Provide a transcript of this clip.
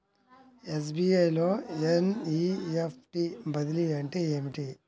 SBI లో NEFT బదిలీ అంటే ఏమిటి?